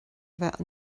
bheith